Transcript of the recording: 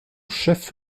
chef